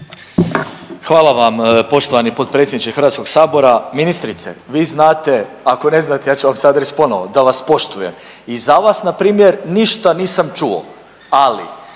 Hvala vam poštovani potpredsjedniče Hrvatskog sabora. Ministrice vi znate, ako ne znate ja ću vam sad reći ponovo da vas poštujem i za vas npr. ništa nisam čuo, ali